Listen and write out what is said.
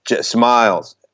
smiles